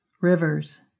rivers